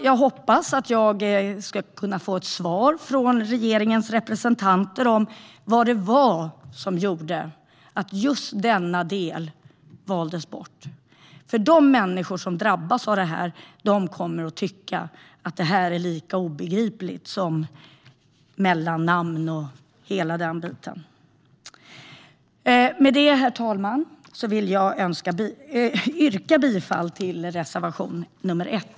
Jag hoppas att jag kan få ett svar från regeringens representanter på vad det var som gjorde att just denna del valdes bort. De människor som drabbas av detta kommer att tycka att det är lika obegripligt som mellannamn och hela den biten. Herr talman! Jag yrkar bifall till reservation nr 1.